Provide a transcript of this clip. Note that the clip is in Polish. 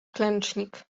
klęcznik